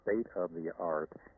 state-of-the-art